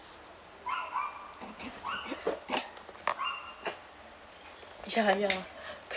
ya ya